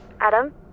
Adam